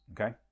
Okay